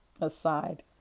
aside